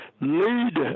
lead